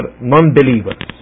non-believers